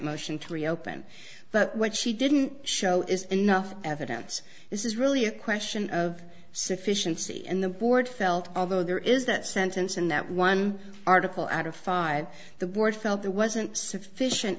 motion to reopen but what she didn't show is enough evidence this is really a question of sufficiency and the board felt although there is that sentence in that one article out of five the board felt there wasn't sufficient